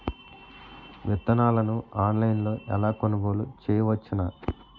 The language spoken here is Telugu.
విత్తనాలను ఆన్లైన్లో ఎలా కొనుగోలు చేయవచ్చున?